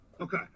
Okay